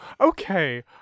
Okay